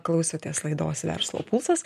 klausotės laidos verslo pulsas